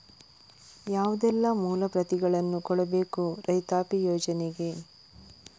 ಯಾವುದೆಲ್ಲ ಮೂಲ ಪ್ರತಿಗಳನ್ನು ಕೊಡಬೇಕು ರೈತಾಪಿ ಯೋಜನೆಗೆ?